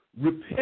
repent